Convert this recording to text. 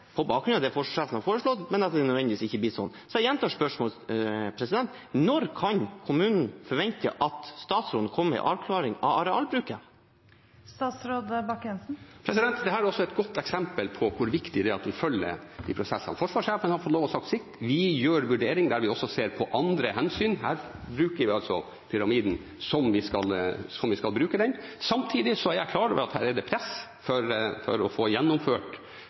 har foreslått, men at det ikke nødvendigvis blir sånn. Så jeg gjentar spørsmålet: Når kan kommunen forvente at statsråden kommer med en avklaring av arealbruken? Dette er også et godt eksempel på hvor viktig det er at man følger prosessene. Forsvarssjefen har fått lov til å si sitt, vi gjør vurdering der vi også ser på andre hensyn. Her bruker vi altså pyramiden slik vi skal bruke den. Samtidig er jeg klar over at det er press for å få gjennomført